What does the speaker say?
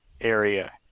area